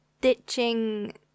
ditching